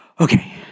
Okay